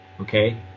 okay